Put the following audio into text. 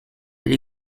elle